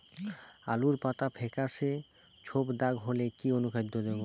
আলুর পাতা ফেকাসে ছোপদাগ হলে কি অনুখাদ্য দেবো?